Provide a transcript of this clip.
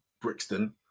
Brixton